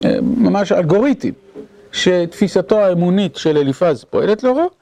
ממש אלגוריתי, שתפיסתו האמונית של אליפז פועלת לרוב.